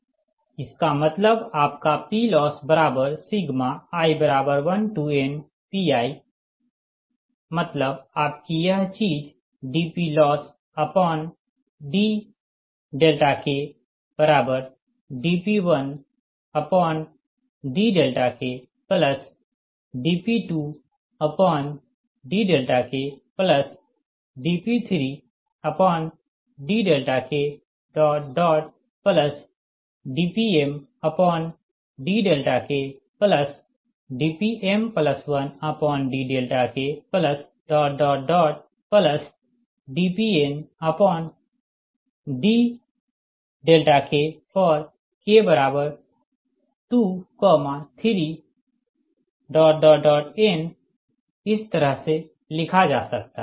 इसका मतलब आपका PLossi1nPi मतलब आपकी यह चीज़dPLossdKdP1dKdP2dKdP3dKdPmdKdPm1dKdPndK for k23n इस तरह से लिखा जा सकता है